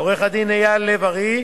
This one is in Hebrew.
לעורך-הדין אייל לב-ארי,